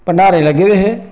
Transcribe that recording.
भंडारे लग्गे दे हे